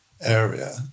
area